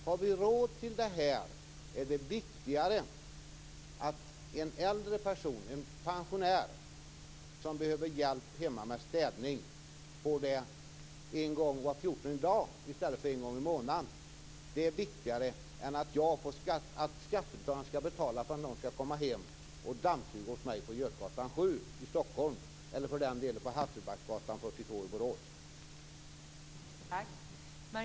Om vi har råd med detta, är det viktigare att en äldre person, en pensionär, som behöver hjälp hemma med städning får hjälp en gång var fjortonde dag i stället för en gång i månaden, än att skattebetalarna skall betala för att någon skall dammsuga hos mig på Götgatan 7 i Stockholm eller på Hasselbacksgatan 42 i